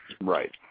Right